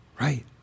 Right